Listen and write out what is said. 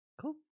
cool